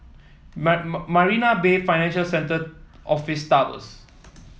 Marina Bay Financial Centre Office Tower